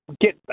get